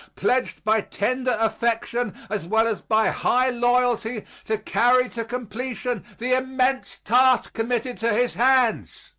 pledged by tender affection as well as by high loyalty to carry to completion the immense task committed to his hands,